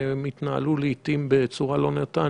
שהתנהלו לעיתים בצורה לא נאותה.